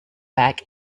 back